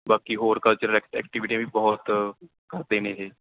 ਬਾਕੀ ਹੋਰ ਕਲਚਰਲ ਐਕਟੀਵਿਟੀਆਂ ਵੀ ਬਹੁਤ ਕਰਦੇ ਨੇ ਇਹ